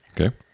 okay